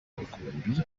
umukumbi